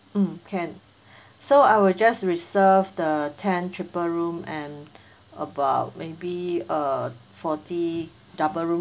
mm can so I will just reserve the ten triple room and about maybe uh forty double room